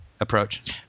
approach